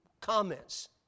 comments